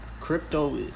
Crypto